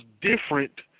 different